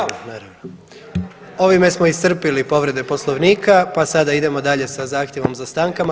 Ovime smo iscrpili povrede poslovnika, pa sada idemo dalje sa zahtjevom za stankama.